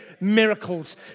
miracles